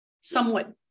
somewhat